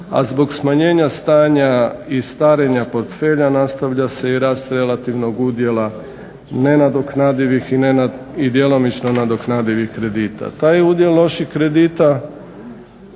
a zbog smanjena stanja i starenja portfelja nastavlja se i rast relativnog udjela nenadoknadivih i djelomično nadoknadivih kredita. Taj udio loših kredita